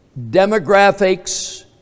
demographics